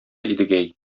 идегәй